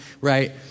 right